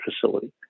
facility